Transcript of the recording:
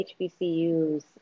HBCUs